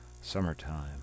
summertime